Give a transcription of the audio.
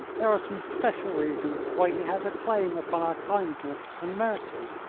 there are some special reasons why he has a claim upon our kindness and mercy.